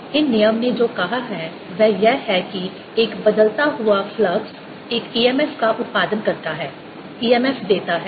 और इन नियम ने जो कहा है वह यह है कि एक बदलता हुआ फ्लक्स एक EMF का उत्पादन करता है EMF देता है